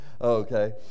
Okay